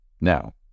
Now